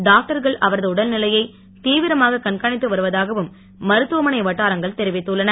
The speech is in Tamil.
டாக்டர்கள் அவரது உடல்நிலையை திவிரமாக கண்காணித்து வருவதாகவும் மருத்துவமனை வட்டாரங்கள் தெரிவித்துள்ளன